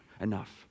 enough